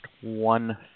one